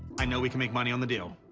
i know we can make money on the deal.